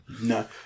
No